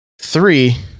three